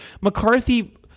McCarthy